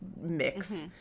mix